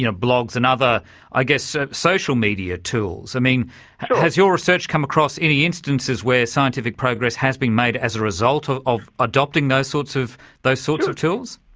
you know blogs, and other i guess social media tools? i mean has your research come across any instances where scientific progress has been made as a result of of adopting those sorts of sorts of tools?